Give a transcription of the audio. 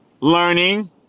learning